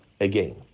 again